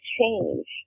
change